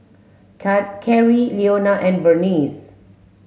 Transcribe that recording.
Can Carie Leona and Berniece